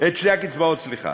את שתי הקצבאות, סליחה,